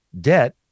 debt